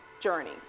journey